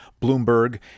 Bloomberg